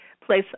place